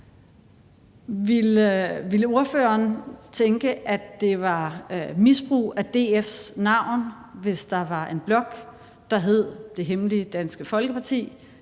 Ville ordføreren tænke, at det var misbrug af DF's navn, hvis der var en blog, der hed »Det hemmelige Dansk Folkeparti«?